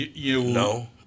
No